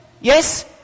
Yes